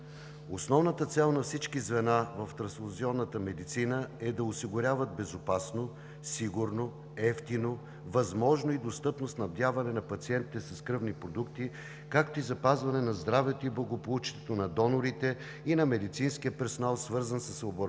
Основната цел на всички звена в трансфузионната медицина е да осигуряват безопасно, сигурно, евтино и достъпно снабдяване на пациентите с кръвни продукти, както и запазването на здравето и благополучието на донорите и на медицинския персонал, свързан с лабораторната